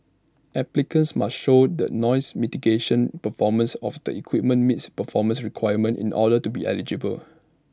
applicants must show the nose mitigating performance of the equipment meets performance requirements in order to be eligible